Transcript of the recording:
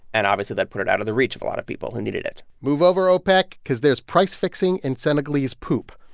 and obviously, that put it out of the reach of a lot of people who needed it move over, opec because there's price-fixing in senegalese poop.